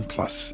Plus